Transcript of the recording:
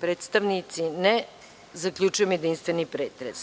predstavnici? (Ne)Zaključujem jedinstveni pretres.